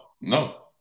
no